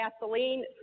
gasoline